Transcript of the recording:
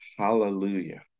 hallelujah